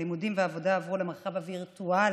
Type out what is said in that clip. הלימודים והעבודה עברו למרחב הווירטואלי,